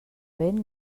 vent